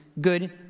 good